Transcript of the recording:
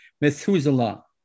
Methuselah